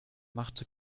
machte